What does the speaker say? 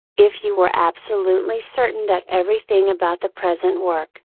if you were absolutely certain that everything about the present work,